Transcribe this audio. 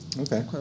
Okay